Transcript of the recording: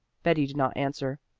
betty did not answer.